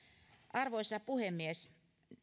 arvoisa puhemies